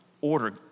order